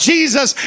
Jesus